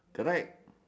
correct